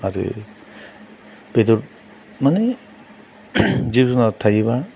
आरो बेदर माने जिब जुनार थायोबा